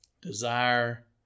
desire